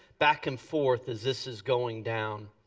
back and forth as this is going down.